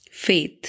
Faith